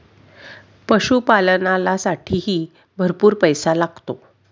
पशुपालनालासाठीही भरपूर पैसा लागतो